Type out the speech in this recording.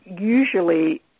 Usually